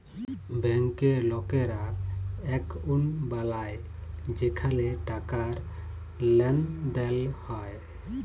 ব্যাংকে লকেরা একউন্ট বালায় যেখালে টাকার লেনদেল হ্যয়